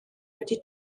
wedi